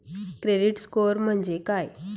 Credit score म्हणजे काय?